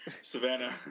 Savannah